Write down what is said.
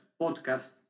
podcast